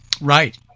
Right